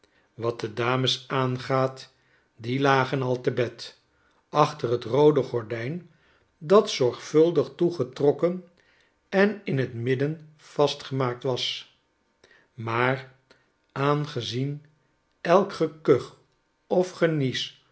wat de dames aangaat die lagen al te bed achter t roode gordijn dat zorgvuldig toegetrokken en in t midden vastgemaakt was maar aangezien elk gekuch of genies